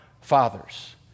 fathers